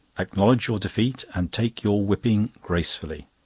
acknowledge your defeat, and take your whipping gracefully